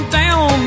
down